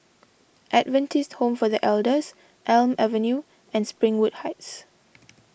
Adventist Home for the Elders Elm Avenue and Springwood Heights